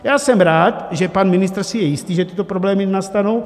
Já jsem rád, že pan ministr si je jistý, že tyto problémy nenastanou.